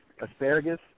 asparagus